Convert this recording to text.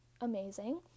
amazing